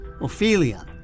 Ophelia